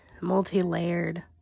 multi-layered